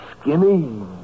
skinny